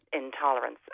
intolerance